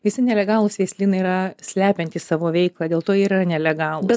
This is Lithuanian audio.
visi nelegalūs veislynai yra slepiantys savo veiklą dėl to yra nelegalūs